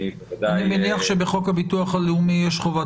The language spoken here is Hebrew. אני מניח שבחוק הביטוח הלאומי יש חובת